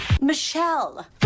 Michelle